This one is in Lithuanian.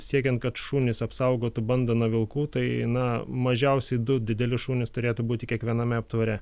siekiant kad šunys apsaugotų bandą nuo vilkų tai na mažiausiai du dideli šunys turėtų būti kiekviename aptvare